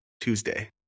Tuesday